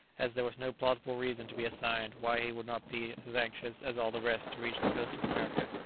as there was no plausible reason to be assigned why he should not be as anxious as all the rest to reach the coast of america.